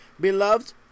Beloved